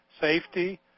safety